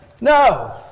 No